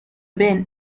been